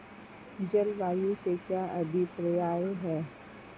जलवायु से क्या अभिप्राय है?